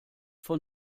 von